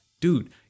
Dude